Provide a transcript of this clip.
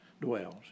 dwells